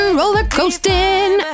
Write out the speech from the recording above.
rollercoasting